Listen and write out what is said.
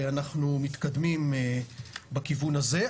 ואנחנו מתקדמים בכיוון הזה,